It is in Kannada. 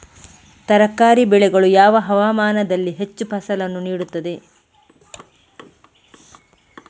ತರಕಾರಿ ಬೆಳೆಗಳು ಯಾವ ಹವಾಮಾನದಲ್ಲಿ ಹೆಚ್ಚು ಫಸಲನ್ನು ನೀಡುತ್ತವೆ?